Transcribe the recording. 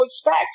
expect